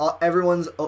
everyone's